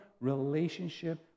relationship